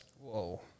Whoa